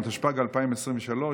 התשפ"ג 2023,